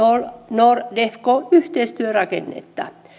nordefco yhteistyörakennetta